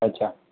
અચ્છા